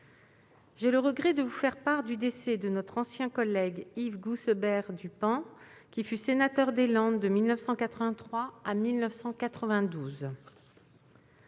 j'ai le regret de vous faire part du décès de notre ancien collègue Yves Goussebaire-Dupin, qui fut sénateur des Landes de 1983 à 1992.